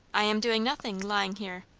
i am doing nothing, lying here.